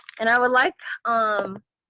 and i would like um